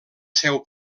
seu